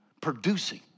Producing